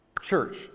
church